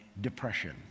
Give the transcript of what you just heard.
depression